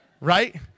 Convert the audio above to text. Right